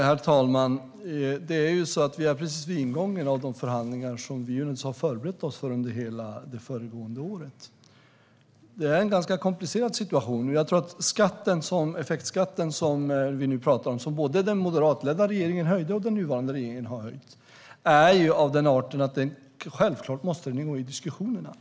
Herr talman! Det är ju så att vi är precis i ingången av de förhandlingar som vi har förberett oss för under hela det föregående året. Det är en ganska komplicerad situation, men jag tror att den effektskatt som vi nu pratar om - som både den moderatledda regeringen och den nuvarande regeringen har höjt - är av den arten att den självklart måste ingå i diskussionerna.